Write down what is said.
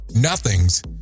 nothings